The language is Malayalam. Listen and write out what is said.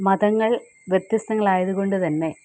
മതങ്ങൾ വ്യത്യസ്തങ്ങളായതുകൊണ്ട് തന്നെ